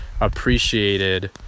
appreciated